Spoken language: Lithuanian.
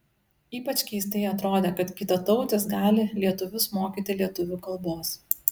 ypač keistai atrodė kad kitatautis gali lietuvius mokyti lietuvių kalbos